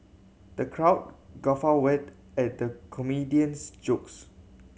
the crowd guffaw wed at the comedian's jokes